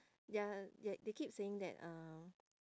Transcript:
their they keep saying that um